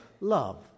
love